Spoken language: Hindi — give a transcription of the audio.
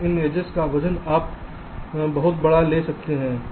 और इन एड्जेस का वजन आप बहुत बड़ा ले सकते हैं